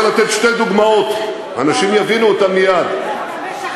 נא לצאת, חבר הכנסת אגבאריה.